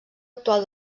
actual